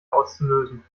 auszulösen